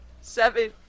seven